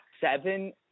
seven